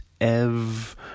Ev